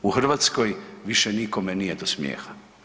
U Hrvatskoj više nikome nije do smijeha.